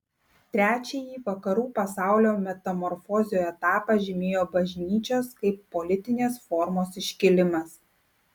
trečiąjį vakarų pasaulio metamorfozių etapą žymėjo bažnyčios kaip politinės formos iškilimas